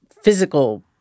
physical